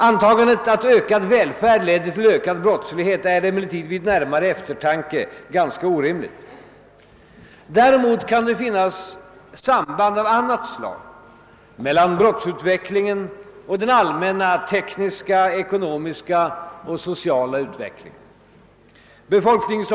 Antagandet att ökad välfärd leder till ökad brottslighet är emellertid vid närmare eftertanke ganska orimligt. Däremot kan det finnas samband av annat slag mellan brottsutvecklingen och den allmänna tekniska, ekonomiska och sociala utvecklingen. Befolknings.